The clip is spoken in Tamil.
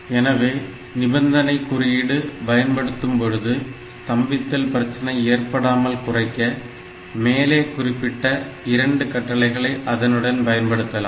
எனவே நிபந்தனை குறியீடு பயன்படுத்தும்பொழுது ஸ்தம்பித்தல் பிரச்சனை ஏற்படாமல் குறைக்க மேலே குறிப்பிடப்பட்ட 2 கட்டளைகளை அதனுடன் பயன்படுத்தலாம்